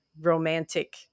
romantic